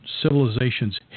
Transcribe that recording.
civilization's